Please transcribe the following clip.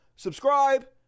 Subscribe